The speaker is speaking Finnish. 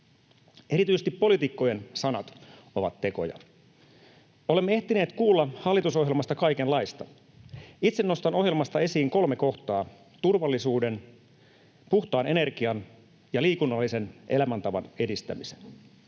Erityisesti poliitikkojen sanat ovat tekoja. Olemme ehtineet kuulla hallitusohjelmasta kaikenlaista. Itse nostan ohjelmasta esiin kolme kohtaa: turvallisuuden, puhtaan energian ja liikunnallisen elämäntavan edistämisen.